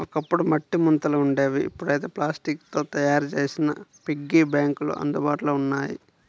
ఒకప్పుడు మట్టి ముంతలు ఉండేవి ఇప్పుడైతే ప్లాస్టిక్ తో తయ్యారు చేసిన పిగ్గీ బ్యాంకులు అందుబాటులో ఉన్నాయి